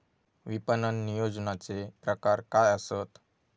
विपणन नियोजनाचे प्रकार काय आसत?